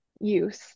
use